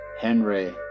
Henry